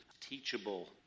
teachable